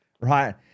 right